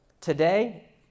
Today